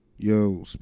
Yo